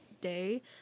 day